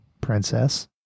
princess